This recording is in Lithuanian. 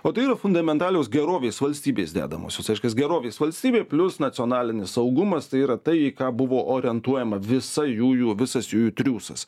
o tai yra fundamentalios gerovės valstybės dedamosios reiškias gerovės valstybė plius nacionalinis saugumas tai yra tai į ką buvo orientuojama visa jųjų visas jųjų triūsas